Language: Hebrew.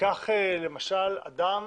קח למשל אדם